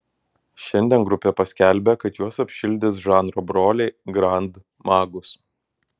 šiandien grupė paskelbė kad juos apšildys žanro broliai grand magus